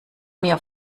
mir